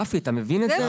רפי, אתה מבין את זה?